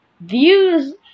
Views